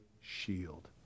shield